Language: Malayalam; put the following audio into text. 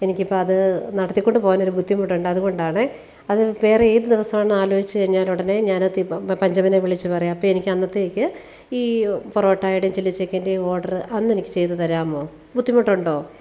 എനിക്കിപ്പോൾ അത് നടത്തിക്കൊണ്ടു പോവാൻ ഒരു ബുദ്ധിമുട്ടുണ്ട് അതുകൊണ്ടാണെ അത് വേറെ ഏത് ദിവസാന്നാ ആലോചിച്ച് കഴിഞ്ഞാൽ ഉടനെ ഞാൻ അത് പഞ്ചമനെ വിളിച്ചു പറയാം അപ്പോൾ എനിക്ക് അന്നത്തേക്ക് ഈ പൊറോട്ടയുടെയും ചില്ലി ചിക്കൻ്റെയും ഓർഡർ അന്ന് എനിക്ക് ചെയ്തു തരാമോ ബുദ്ധിമുട്ടുണ്ടോ